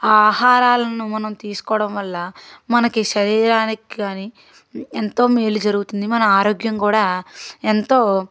ఆ ఆహారాలను మనం తీసుకోవడం వల్ల మనకి శరీరానికి కానీ ఎంతో మేలు జరుగుతుంది మన ఆరోగ్యం కూడా ఎంతో